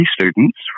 students